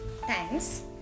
thanks